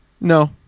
No